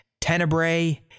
Tenebrae